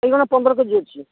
ବାଇଗଣ ପନ୍ଦର କେଜି ଅଛି